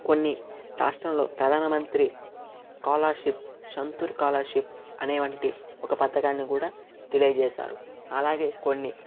కొన్ని రాష్ట్రంలో ప్రధానమంత్రి స్కాలషిప్ సంతూర్ స్కాలషిప్ అనే వంటి ఒక పథకాన్ని కూడా తెలియజేశారు అలాగే కొన్ని